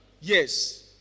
Yes